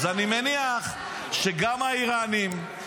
אז אני מניח שגם האיראנים,